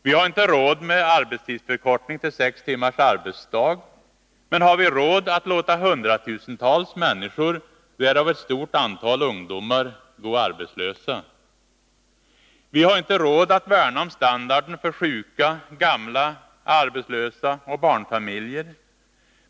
Vi har inte råd med arbetstidsförkortning till sex timmars arbetsdag. Men har vi råd att låta hundratusentals människor — därav ett stort antal ungdomar — gå arbetslösa? Vi har inte råd att värna om standarden för sjuka, gamla, arbetslösa och barnfamiljer.